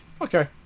Okay